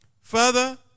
Father